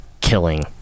killing